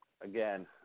again